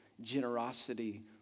generosity